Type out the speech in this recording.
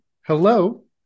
hello